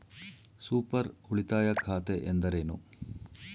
Super ಉಳಿತಾಯ ಖಾತೆ ಎಂದರೇನು?